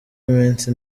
iminsi